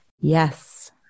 Yes